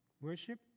worship